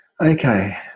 Okay